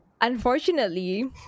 Unfortunately